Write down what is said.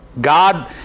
God